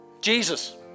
Jesus